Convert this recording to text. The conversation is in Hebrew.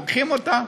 לוקחים אותה,